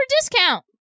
discount